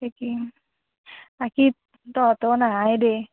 তাকে বাকী তহঁতো নাহাই দে